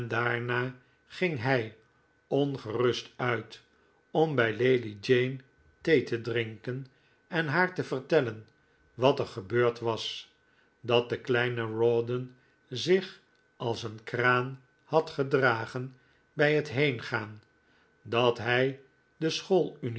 daarna ging hij ongerust uit om bij lady jane thee te drinken en haar te vertellen wat er gebeurd was dat de kleine rawdon zich als een kraan had gedragen bij het heengaan dat hij de